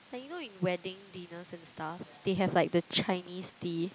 like you know in wedding dinners and stuff they have like the Chinese tea